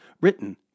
written